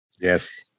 Yes